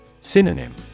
Synonym